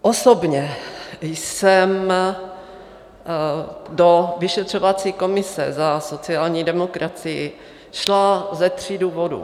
Osobně jsem do vyšetřovací komise za sociální demokracii šla ze tří důvodů.